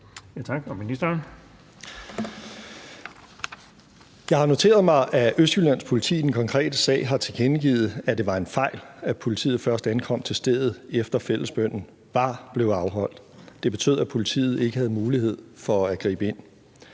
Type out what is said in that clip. jeg noteret mig, at Østjyllands Politi i den konkrete sag har tilkendegivet, at det var en fejl, at politiet først ankom til stedet, efter at fredagsbønnen var afholdt. Det indebar, at politiet ikke fik mulighed for at gribe ind.